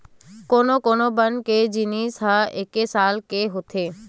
कोनो कोनो बन के जिनगी ह एके साल के होथे